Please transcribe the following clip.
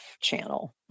channel